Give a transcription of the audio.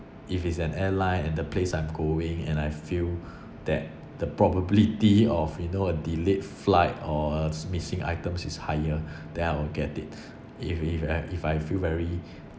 if it's an airline and the place I'm going and I feel that the probability of you know a delayed flight or a missing items is higher then I'll get it if if I if I feel very